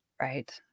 Right